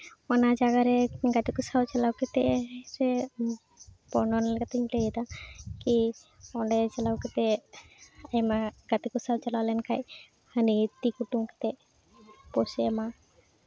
ᱚᱱᱟ ᱡᱟᱭᱜᱟᱨᱮ ᱜᱟᱛᱮ ᱠᱚ ᱥᱟᱶ ᱪᱟᱞᱟᱣ ᱠᱟᱛᱮᱫ ᱥᱮ ᱵᱚᱨᱱᱚᱱ ᱠᱟᱛᱮᱧ ᱞᱟᱹᱭᱮᱫᱟ ᱠᱤ ᱚᱸᱰᱮ ᱪᱟᱞᱟᱣ ᱠᱟᱛᱮᱫ ᱟᱭᱢᱟ ᱜᱟᱛᱮ ᱠᱚ ᱥᱟᱶ ᱪᱟᱞᱟᱣ ᱞᱮᱱᱠᱷᱟᱡ ᱚᱱᱮ ᱛᱤ ᱠᱩᱴᱩᱢ ᱠᱟᱛᱮᱡ ᱮᱢᱟ